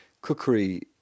cookery